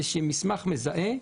איזשהו מסמך מזהה.